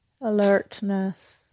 alertness